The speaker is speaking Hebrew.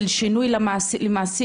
של שינוי למעסיק,